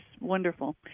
wonderful